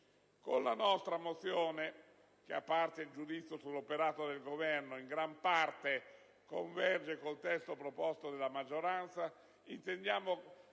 di risoluzione che, a parte il giudizio sull'operato del Governo, in gran parte converge col testo proposto dalla maggioranza, intendiamo